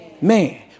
man